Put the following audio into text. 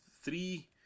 three